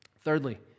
Thirdly